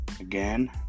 Again